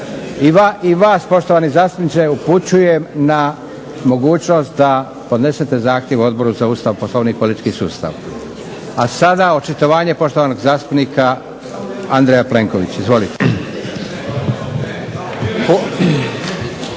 I vas poštovani zastupniče upućujem na mogućnost da podnese zahtjev Odboru za Ustav, Poslovnik i politički sustav. A sada očitovanje poštovanog zastupnika Andreja Plenkovića. Izvolite.